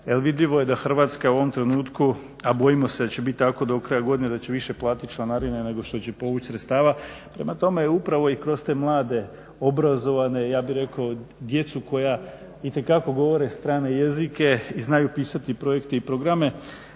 vidljivo je da Hrvatska u ovom trenutku, a bojimo se da će bit tako do kraja godine da će više platit članarine nego što će povući sredstava. Prema tome, upravo i kroz te mlade, obrazovane, ja bih rekao djecu koja itekako govore strane jezike i znaju pisati projekte i programe